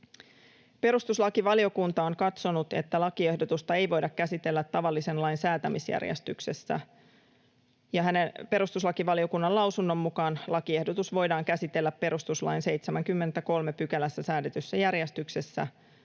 Perustuslakivaliokunta on katsonut, että lakiehdotusta ei voida käsitellä tavallisen lain säätämisjärjestyksessä, ja perustuslakivaliokunnan lausunnon mukaan lakiehdotus voidaan käsitellä perustuslain 73 §:ssä säädetyssä järjestyksessä,